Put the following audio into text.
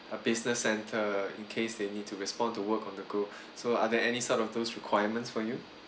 a business center in case they need to respond to work on the go so are there any sort of those requirements for you